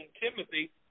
Timothy